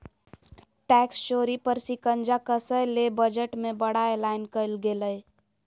tax चोरी पर शिकंजा कसय ले बजट में बड़ा एलान कइल गेलय